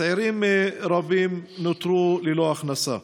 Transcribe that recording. צעירים רבים נותרו ללא הכנסה.